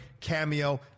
cameo